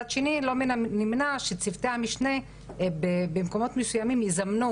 מצד שני לא מן הנמנע שצוותי המשנה במקומות מסויימים יזמנו